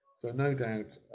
so no doubt,